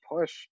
push